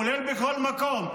כולל בכל מקום.